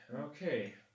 Okay